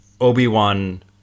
Obi-Wan